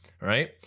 right